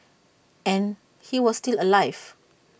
and he was still alive